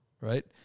right